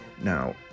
now